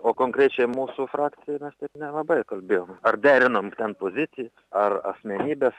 o konkrečiai mūsų frakcijoj mes taip nelabai kalbėjom ar derinom ten pozicijas ar asmenybes